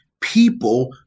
people